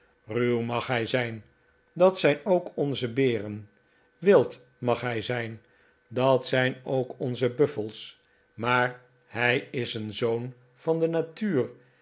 ruw mag hij zijn dat zijn ook onze beren wild mag hij zijn dat zijn ook onze buffels maar hij is een zoon van de natuur